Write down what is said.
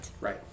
Right